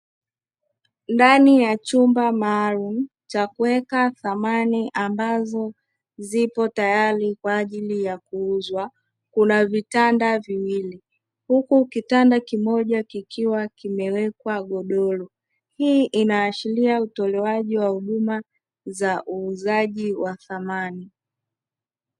Ndani ya chumba maalumu cha kuweka thamani ambazo ziko tayari kwa ajili ya kuuzwa kuna vitanda viwili, huku kitanda kimoja kikiwa kimewekwa godoro, hii inaashiria utolewaji wa huduma za uuzaji wa thamani.